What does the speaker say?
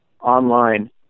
online